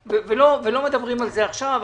מדברים על זה עכשיו,